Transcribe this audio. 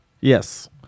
Yes